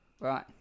Right